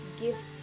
gifts